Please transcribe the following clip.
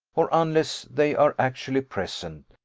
or unless they are actually present,